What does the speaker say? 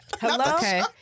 Hello